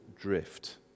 drift